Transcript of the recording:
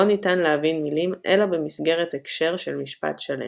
לא ניתן להבין מילים אלא במסגרת הקשר של משפט שלם.